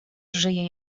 żyje